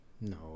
No